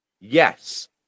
Yes